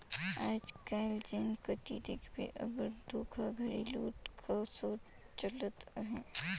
आएज काएल जेन कती देखबे अब्बड़ धोखाघड़ी, लूट खसोट चलत अहे